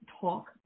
talk